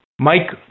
Mike